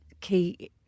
key